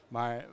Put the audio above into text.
Maar